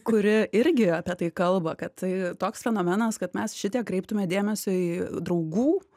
kuri irgi apie tai kalba kad tai toks fenomenas kad mes šitiek kreiptume dėmesio į draugų